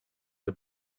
the